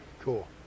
cool